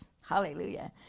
Hallelujah